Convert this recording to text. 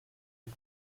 and